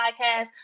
podcast